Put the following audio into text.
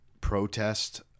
protest